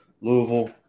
Louisville